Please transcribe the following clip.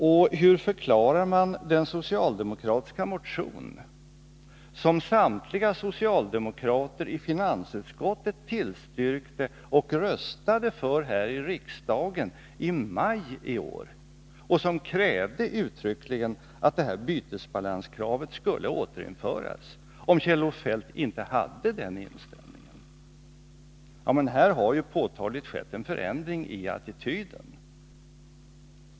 Och hur förklarar man den socialdemokratiska motion som samtliga socialdemokrater i finansutskottet tillstyrkte och röstade för här i riksdagen i maj i år, där det uttryckligen krävdes att bytesbalanskravet skulle återinföras, om Kjell-Olof Feldt inte hade den inställningen? Här har det alltså skett en påtaglig ändring i attityden.